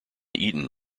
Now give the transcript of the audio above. eaten